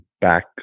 back